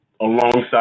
alongside